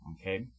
okay